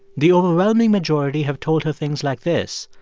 the overwhelming majority have told her things like this,